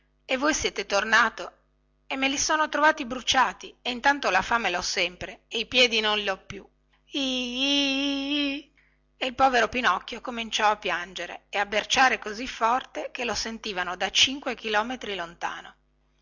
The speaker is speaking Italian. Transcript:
e voi siete tornato e me li sono trovati bruciati e intanto la fame lho sempre e i piedi non li ho più ih ih ih ih e il povero pinocchio cominciò a piangere e a berciare così forte che lo sentivano da cinque chilometri lontano